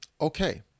okay